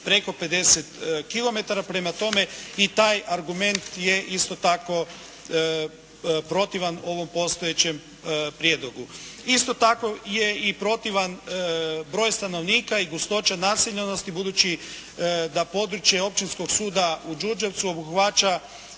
preko 50 km. Prema tome, i taj argument je isto tako protivan ovom postojećem prijedlogu. Isto tako je i protivan broj stanovnika i gustoća naseljenosti budući da područje Općinskog suda u Đurđevcu obuhvaća